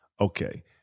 okay